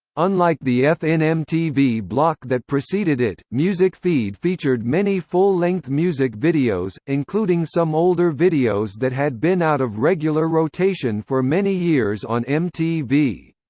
unlike the fnmtv block that preceded it, music feed featured many full-length music videos, including some older videos that had been out of regular rotation for many years on mtv.